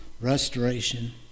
restoration